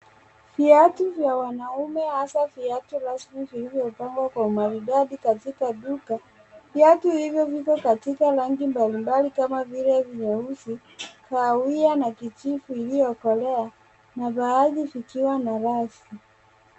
Viatu vya wanaume hasa viatu rasmi vilivyopangwa kwa umaridadi katika duka, viatu hivi viko katika rangi mbalimbali kama vile nyeusi, kahawia na kijivu iliyokolea na baadhi vikiwa na rasi.